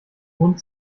mund